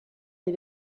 des